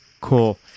Cool